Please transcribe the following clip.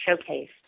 showcase